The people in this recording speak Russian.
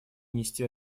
нести